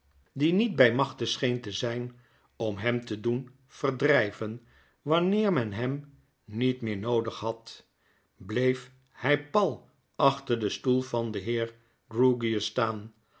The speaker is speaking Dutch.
die niet by machte scheen te zyn om hem te doen verdrijven wanneer men hem niet meer noodig had bleef hy pal achter den stoel van den heer grewgious staan